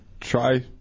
Try